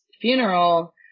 funeral